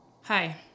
Hi